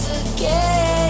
again